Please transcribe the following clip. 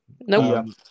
No